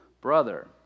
brother